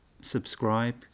subscribe